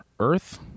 Earth